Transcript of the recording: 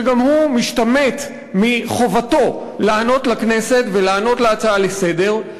שגם הוא משתמט מחובתו לענות לכנסת ולענות על הצעה לסדר-היום.